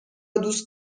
دوست